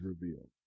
revealed